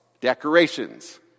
Decorations